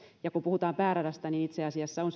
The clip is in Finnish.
kun puhutaan pääradasta niin itse asiassa on